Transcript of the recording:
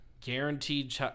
Guaranteed